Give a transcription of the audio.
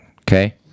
okay